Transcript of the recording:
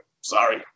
Sorry